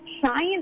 science